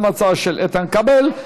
גם ההצעה של איתן כבל.